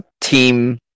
team